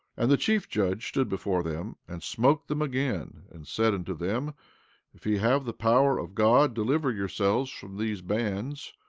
and the chief judge stood before them, and smote them again, and said unto them if ye have the power of god deliver yourselves from these bands,